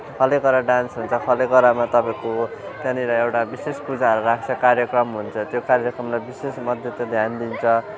खलेगह्रा dance हुन्छ खलेगह्रामा तपाईँको त्यहाँनिर एउटा विशेष पूजाहरू राख्छ कार्यक्रम हुन्छ त्यो कार्यक्रमलाई विशेषमध्ये त ध्यान दिन्छ